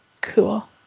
Cool